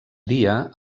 dia